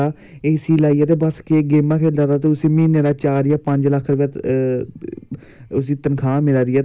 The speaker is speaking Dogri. रिफरैशमैंट मिलदी ऐ जेह्ड़ी उं'दी होंदी ओह् सब कुछ दिंदी गौरमैंट अज कल बहुत किश करा दी ऐ गौरमैंट बहुत किश